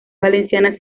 valenciana